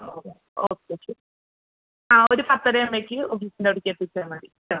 okay okay okay ആ ഒരു പത്തര ആവുമ്പഴേക്ക് ഓഫീസിൻ്റെ അവിടേക്ക് എത്തിച്ചാൽ മതീട്ടോ